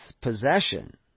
possession